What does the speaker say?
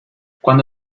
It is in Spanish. cuando